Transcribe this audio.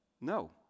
No